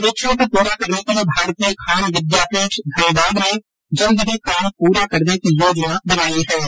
सर्वेक्षण को पूरा करने के लिये भारतीय खान विद्यापीठ धनबाद ने जल्द ही काम पूरा करने की योजना बनाई है